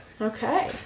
Okay